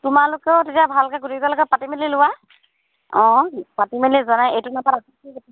তোমালোকেও তেতিয়া ভালকে গোটেইকেইটালৈকে পাতি মেলি লোৱা অঁ পাতি মেলি জনাই এইটো